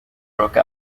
broke